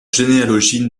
généalogie